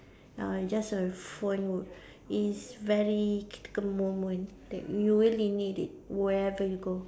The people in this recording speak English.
uh it's just a phone would it is very typical moment that you will need it wherever you go